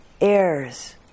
heirs